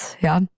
ja